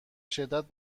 شدت